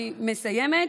אני מסיימת.